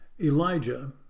Elijah